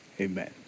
amen